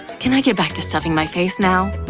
can i get back to stuffing my face now?